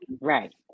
right